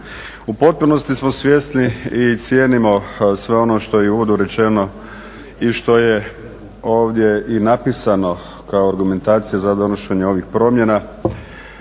U potpunosti smo svjesni i cijenimo sve ono što je i u uvodu rečeno i što je ovdje i napisano kao argumentacija za donošenje ovih promjena